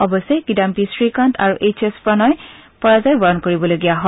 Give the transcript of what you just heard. অৱশ্যে কিদায়ী শ্ৰীকান্ত আৰু H S Prannoy পৰাজয় বৰণ কৰিবলগীয়া হয়